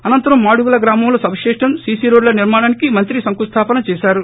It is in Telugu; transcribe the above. అనంతరం మాడుగుల గ్రామంలో సబ్ స్టేషన్ సీసీ రోడ్ల నిర్మాణానికి మంత్రి శంకుస్థాపన చేశారు